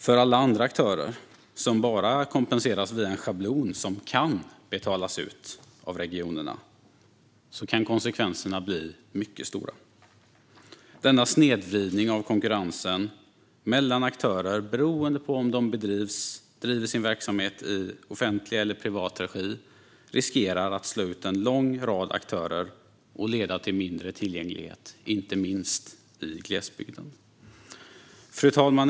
För alla andra aktörer, som bara kompenseras via en schablon som kan betalas ut av regionerna, kan konsekvenserna bli mycket stora. Denna snedvridning av konkurrensen mellan aktörer beroende på om de driver sin verksamhet i offentlig eller privat regi riskerar att slå ut en lång rad aktörer och leda till mindre tillgänglighet inte minst i glesbygden. Fru talman!